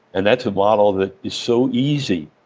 and that's a model that is so easy